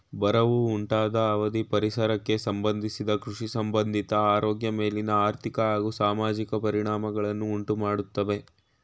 ಬರವು ಉಂಟಾದ ಅವಧಿ ಪರಿಸರಕ್ಕೆ ಸಂಬಂಧಿಸಿದ ಕೃಷಿಸಂಬಂಧಿತ ಆರೋಗ್ಯ ಮೇಲಿನ ಆರ್ಥಿಕ ಹಾಗೂ ಸಾಮಾಜಿಕ ಪರಿಣಾಮಗಳನ್ನು ಉಂಟುಮಾಡ್ತವೆ